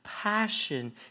passion